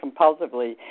compulsively